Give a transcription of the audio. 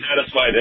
satisfied